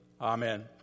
amen